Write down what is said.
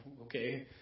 Okay